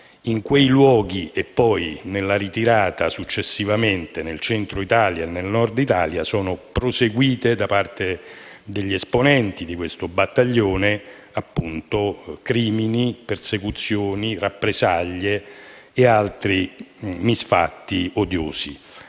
In quei luoghi e poi nella ritirata successiva, nel Centro e nel Nord d'Italia, sono proseguiti da parte degli esponenti di questo battaglione, crimini, persecuzioni, rappresaglie e altri misfatti odiosi.